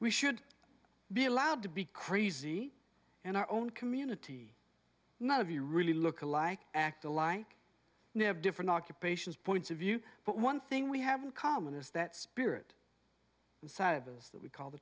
we should be allowed to be crazy and our own community none of you really look alike act alike never different occupations points of view but one thing we have in common is that spirit inside of us that we call the